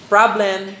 Problem